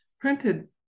printed